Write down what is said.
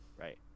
right